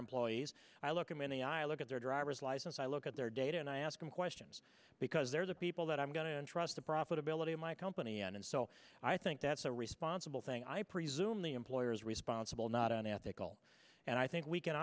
employees i look him in the eye look at their driver's license i look at their data and i ask them questions because they're the people that i'm going to trust the profitability of my company on and so i think that's a responsible thing i presume the employer is responsible not unethical and i think we can